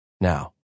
now